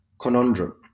conundrum